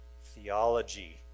Theology